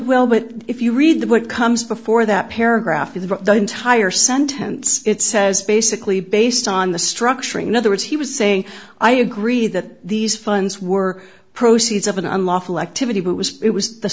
well but if you read the what comes before that paragraph in the entire sentence it says basically based on the structuring in other words he was saying i agree that these funds were proceeds of an unlawful activity but was it was the